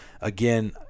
again